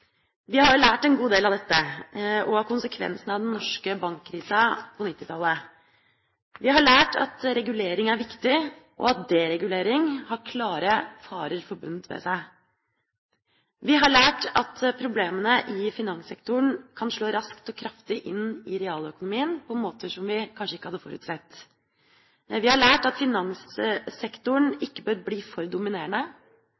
Vi har jo lært en god del av dette og av konsekvensene av den norske bankkrisa på 1990-tallet. Vi har lært at regulering er viktig, og at deregulering har klare farer forbundet ved seg. Vi har lært at problemene i finanssektoren kan slå raskt og kraftig inn i realøkonomien på måter som vi kanskje ikke hadde forutsett. Vi har lært at finanssektoren